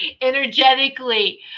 energetically